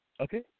Okay